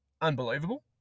unbelievable